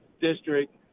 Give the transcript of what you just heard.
district